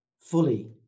fully